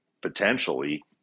potentially